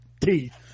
teeth